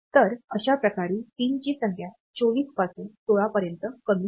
तर अशा प्रकारे पिनची संख्या 24 पासून 16 पर्यंत कमी होते